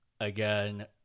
again